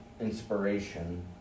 inspiration